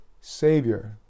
Savior